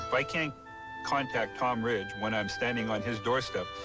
i can't contact tom ridge when i'm standing on his doorstep,